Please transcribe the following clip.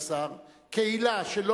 חבר הכנסת גנאים,